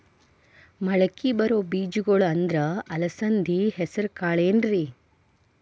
ಮಳಕಿ ಬರೋ ಬೇಜಗೊಳ್ ಅಂದ್ರ ಅಲಸಂಧಿ, ಹೆಸರ್ ಕಾಳ್ ಏನ್ರಿ?